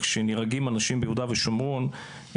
כשנהרגים אנשים ביהודה ושומרון,